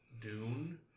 Dune